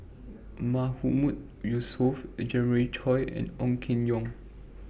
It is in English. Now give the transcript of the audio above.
Mahmood Yusof Jeremiah Choy and Ong Keng Yong